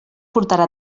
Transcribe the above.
portarà